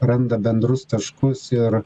randa bendrus taškus ir